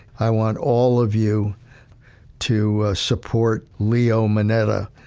i want all of you to support leo moneta.